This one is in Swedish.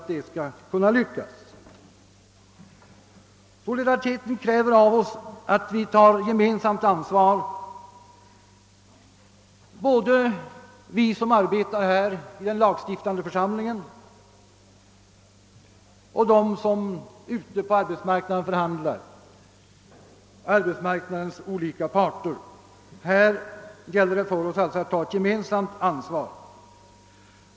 Solidariteten kräver att både vi som arbetar i den lagstiftande församlingen och de som förhandlar ute på arbetsmarknaden tar ett gemensamt ansvar. Det gemensamma ansvaret måste gälla arbetsmarknadens olika parter.